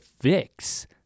fix